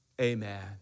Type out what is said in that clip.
Amen